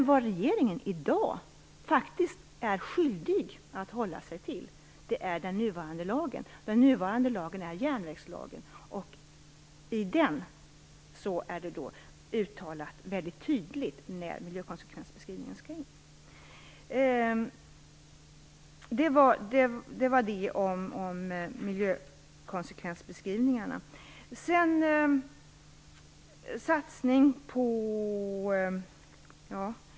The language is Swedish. Vad regeringen i dag faktiskt är skyldig att hålla sig till är den nuvarande lagen. Den nuvarande lagen är järnvägslagen. I den är väldigt tydligt uttalat när miljökonsekvensbeskrivningar skall göras. Det var om miljökonsekvensbeskrivningarna.